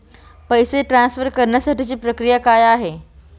पैसे ट्रान्सफर करण्यासाठीची प्रक्रिया काय आहे?